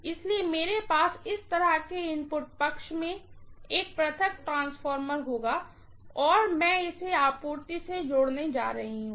इसलिए मेरे पास इस तरह के इनपुट पक्ष में एक पृथक ट्रांसफार्मर होगा और मैं इसे आपूर्ति से जोड़ने जा रही हूँ